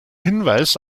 hinweis